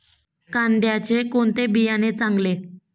कांद्याचे कोणते बियाणे चांगले?